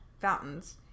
fountains